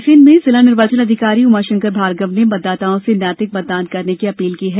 रायसेन में जिला निर्वाचन अधिकारी उमाशंकर भार्गव ने मतदाताओं से नैतिक मतदान करने की अपील की है